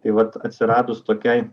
tai vat atsiradus tokiai